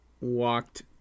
Walked